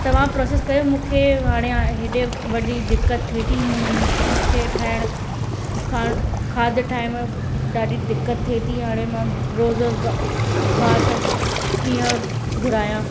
तव्हां प्रोसेस कयो मूंखे हाणे एॾे वॾी दिक़तु थिए थी मूं में मूंखे ठाइण खाध ठाहिण में ॾाढी दिक़तु थिए थी हाणे मां रोज रोज ॿा ॿाहिरि सां कीअं घुरायां